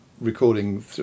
recording